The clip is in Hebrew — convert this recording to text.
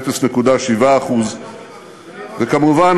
0.7%. וכמובן,